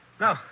No